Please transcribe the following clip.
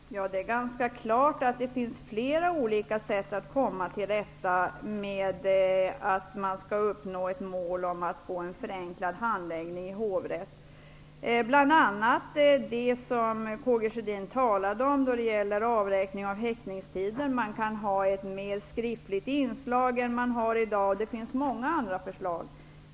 Fru talman! Det är ganska klart att det finns flera olika sätt att uppnå målet om en förenklad handläggning i hovrätt, bl.a. det som Karl Gustaf Sjödin talade om då det gäller avräkning av häktningstiden. Man kan ha ett mer skriftligt inslag än man har i dag, och det finns många andra förslag.